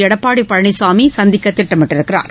எடப்பாடி பழனிசாமி சந்திக்க திட்டமிட்டுள்ளார்